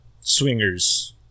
swingers